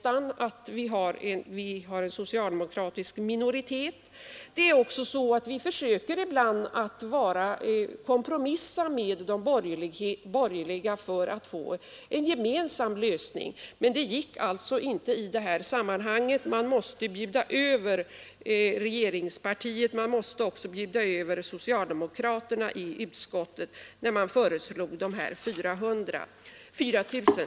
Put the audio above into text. Vi har haft två regler när det gällt familjedaghemmen.